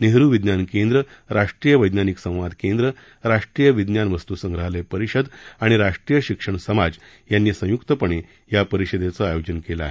नेहरू विज्ञान केंद्र राष्ट्रीय वैज्ञानिक संवाद केंद्र राष्ट्रीय विज्ञान वस्त्संग्रहालय परिषद आणि राष्ट्रीय शिक्षण समाज यांनी संय्क्तपणे या परिषदेचं आयोजन केलं आहे